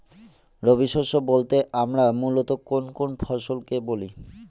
রবি শস্য বলতে আমরা মূলত কোন কোন ফসল কে বলি?